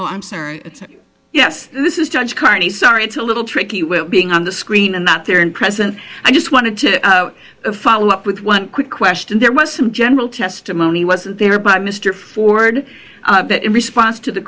oh i'm sorry yes this is judge carney sorry it's a little tricky with being on the screen and that there and present i just wanted to follow up with one quick question there was some general testimony was there by mr ford that in response to the